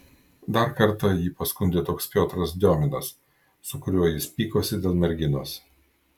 dar kartą jį paskundė toks piotras diominas su kuriuo jis pykosi dėl merginos